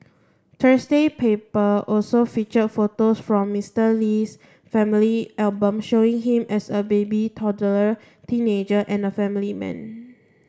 Thursday paper also featured photos from Mister Lee's family album showing him as a baby toddler teenager and family man